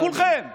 כולכם.